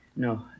No